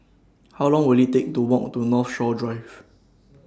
How Long Will IT Take to Walk to Northshore Drive